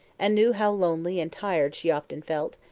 and knew how lonely and tired she often felt,